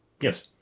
yes